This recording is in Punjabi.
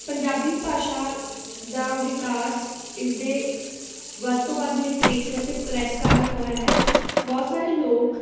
ਪੰਜਾਬੀ ਭਾਸ਼ਾ ਦਾ ਵਿਕਾਸ ਇਸਦੇ ਵੱਧ ਤੋਂ ਵੱਧ ਲਿਟਰੇਚਰ ਅਤੇ ਪ੍ਰੈੱਸ ਕਾਰਨ ਹੋਇਆ ਹੈ ਬਹੁਤ ਸਾਰੇ ਲੋਕ